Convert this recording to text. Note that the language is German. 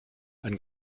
ein